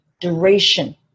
duration